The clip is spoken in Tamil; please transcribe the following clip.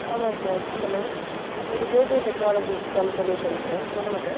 ஆமாம் சார் ஹலோ இது KJ technology and solution sir சொல்லுங்கள் சார்